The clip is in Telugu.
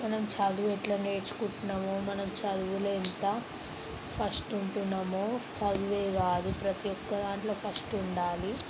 మనము చదువు ఎట్ల నేర్చుకుంటున్నమో చదువులో ఎట్లా ఫస్ట్ ఉంటున్నామో చదివే కాదు ప్రతి ఒక్క దాంట్లో ఫస్ట్ ఉండాలి